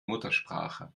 muttersprache